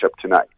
tonight